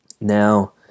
Now